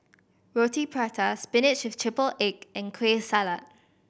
Roti Prata spinach with triple egg and Kueh Salat